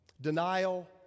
Denial